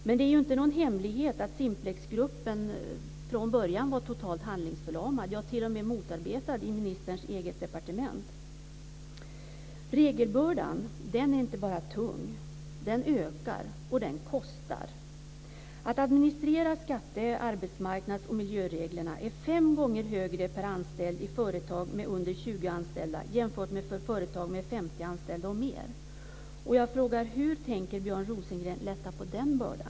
Men det är ju inte någon hemlighet att Simplexgruppen från början var totalt handlingsförlamad, ja t.o.m. motarbetad i ministerns eget departement. Regelbördan är inte bara tung, den ökar, och den kostar. Kostnaden för att administrera skatte-, arbetsmarknads och miljöreglerna är fem gånger högre per anställd i företag med färre än 20 anställda jämfört med företag med 50 anställda eller fler. Jag frågar: Hur tänker Björn Rosengren lätta på den bördan?